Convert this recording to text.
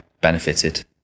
benefited